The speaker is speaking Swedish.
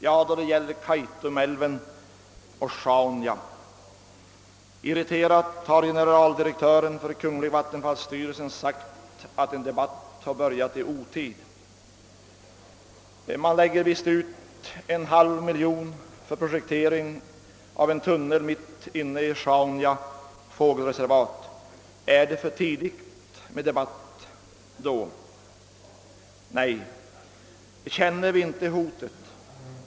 Ja, då det gäller Kaitumälven och Sjaunja. Irriterat har generaldirektören för kungl. vattenfallsstyrelsen sagt att en debatt har börjat i otid. Man lägger visst ut en halv miljon kronor för projektering av en tunnel mitt inne i Sjaunja fågelreservat. Är det då för tidigt med en debatt? Nej. Känner vi inte hotet?